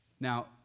Now